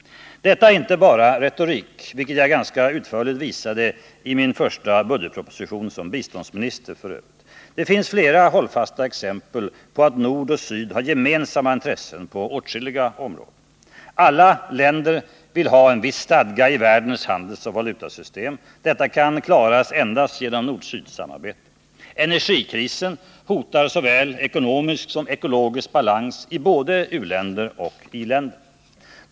Detta är inte bara retorik, vilket jag f. ö. ganska utförligt visade i min första budgetproposition som biståndsminister. Det finns flera hållfasta exempel på att nord och syd har gemensamma intressen på åtskilliga områden: Alla länder vill ha en viss stadga i världens handelsoch valutasystem — detta kan klaras endast genom nord-syd-samarbete. Energikrisen hotar såväl ekonomisk som ekologisk balans i både u-länder och i-länder.